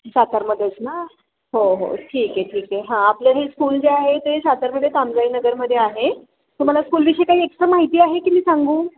सातारमध्येच ना हो हो ठीक आहे ठीक आहे हां आपलं हे स्कूल जे आहे ते सातारमध्ये तामजाई नगरमध्ये आहे तुम्हाला स्कूलविषयी काही एक्स्ट्रा माहिती आहे की मी सांगू